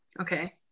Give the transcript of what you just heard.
Okay